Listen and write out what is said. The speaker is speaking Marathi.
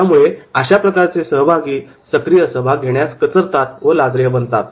त्यामुळे अशा प्रकारचे सहभागी सहसा सक्रिय सहभाग घेण्यास कचरतात व लाजरे असतात